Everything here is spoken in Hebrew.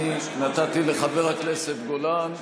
נתתי לחבר הכנסת גולן,